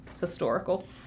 historical